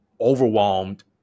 overwhelmed